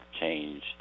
changed